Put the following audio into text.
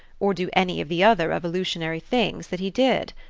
or do any of the other revolutionary things that he did.